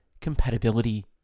compatibility